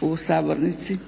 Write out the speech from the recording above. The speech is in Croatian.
u sabornici.